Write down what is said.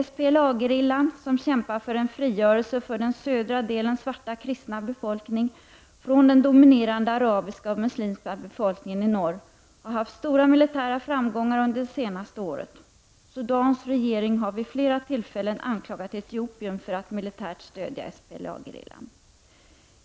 SPLA-gerillan, som kämpar för en frigörelse för den södra delens svarta kristna befolkning från den dominerande arabiska och muslimska befolkningen i norr, har haft stora militära framgångar under det senaste året. Sudans regering har vid flera tillfällen anklagat Etiopien för att militärt stödja SPLA-gerillan.